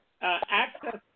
access